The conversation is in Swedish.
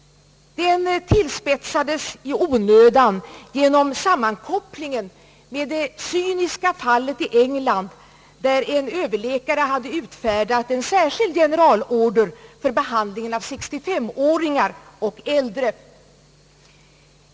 Den tillspetsades i onödan genom sammankoppling med det cyniska fallet i England, där en överläkare hade utfärdat en särskild generalorder för behandling av 653 åringar och äldre.